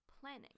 planning